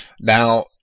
now